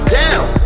down